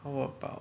how about